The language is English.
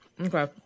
Okay